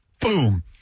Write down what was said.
Boom